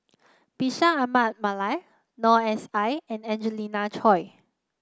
Bashir Ahmad Mallal Noor S I and Angelina Choy